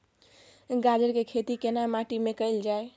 गाजर के खेती केना माटी में कैल जाए?